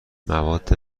مواد